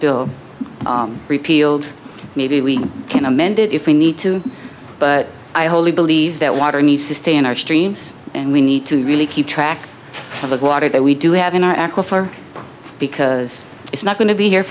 bill repealed maybe we can amend it if we need to but i wholly believe that water needs to stay in our streams and we need to really keep track of the water that we do have in our aquifer because it's not going to be here